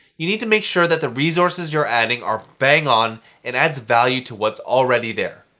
you need to make sure that the resources you're adding are bang on and adds value to what's already there.